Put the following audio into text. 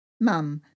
Mum